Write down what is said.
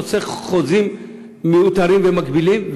חוסך חוזים מיותרים ומגבילים,